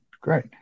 great